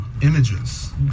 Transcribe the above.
images